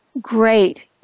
great